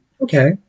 Okay